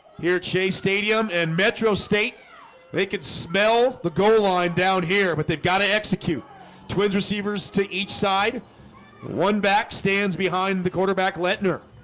here at shea stadium and metro state they could smell the go line down here but they've got to execute twins receivers to each side one back stands behind the quarterback letner